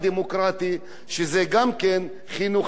וזה גם חינוכי ממדרגה ראשונה,